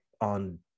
on